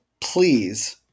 Please